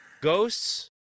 ghosts